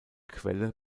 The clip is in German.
quelle